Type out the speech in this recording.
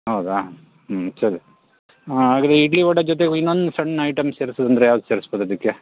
ಹೌದಾ ಹ್ಞೂ ಸರಿ ಹಾಂ ಹಾಗಾದರೆ ಇಡ್ಲಿ ವಡ ಜೊತೆ ಇನ್ನೊಂದು ಸಣ್ಣ ಐಟಮ್ ಸೇರ್ಸೋದಂದ್ರೆ ಯಾವ್ದು ಸೇರ್ಸ್ಬೋದು ಅದಕ್ಕೆ